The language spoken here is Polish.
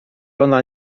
ona